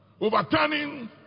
Overturning